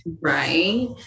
right